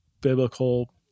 biblical